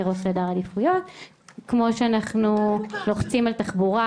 כמו שאנחנו לוחצים על תחבורה,